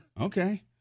Okay